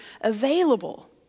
available